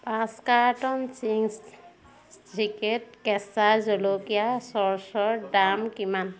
পাঁচ কাৰ্টন চিঙছ্ চিক্ৰেট কেঁচা জলকীয়া চচৰ দাম কিমান